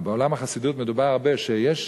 בעולם החסידות מדובר הרבה שיש,